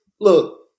Look